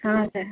ହଁ ସାର୍